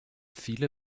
viele